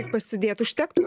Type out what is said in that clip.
pasidėt užtektų